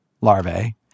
larvae